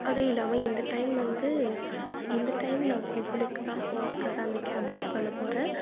அதுவும் இல்லாமல் இந்த டையம் வந்து இந்த டையம் நான் கோவிலுக்கெலாம் போகிறத்துக்காக அந்த கேப் புக் பண்ண போகிறேன்